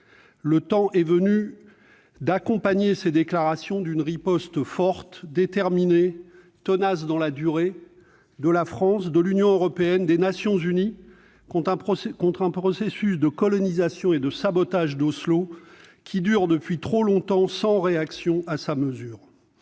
le temps est venu d'accompagner ces déclarations d'une riposte forte, déterminée et tenace dans la durée, de la France, de l'Union européenne et des Nations unies contre un processus de colonisation et de sabotage des accords d'Oslo qui dure depuis trop longtemps sans réaction à sa mesure.